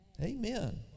Amen